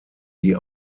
die